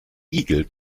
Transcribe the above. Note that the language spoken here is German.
igel